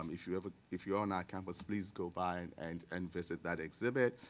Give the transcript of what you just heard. um if you ever if you're on our campus, please go by and and and visit that exhibit.